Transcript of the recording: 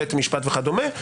בית משפט וכדומה,